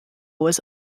was